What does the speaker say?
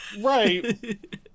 Right